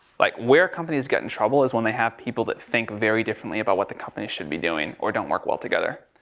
like where companies get in trouble is when they have people think very differently about what the company should be doing, or don't work well together.